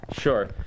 Sure